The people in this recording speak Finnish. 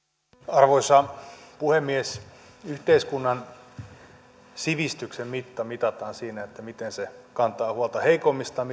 arvoisa puhemies yhteiskunnan sivistyksen mitta mitataan siinä miten se kantaa huolta heikoimmistaan